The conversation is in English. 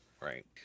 right